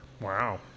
Wow